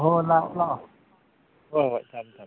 ꯍꯣꯏ ꯂꯥꯛꯑꯣ ꯂꯥꯛꯑꯣ ꯍꯣꯏ ꯍꯣꯏ ꯊꯝꯃꯦ ꯊꯝꯃꯦ